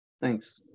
Thanks